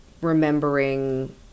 remembering